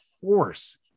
force